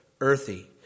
earthy